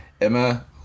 emma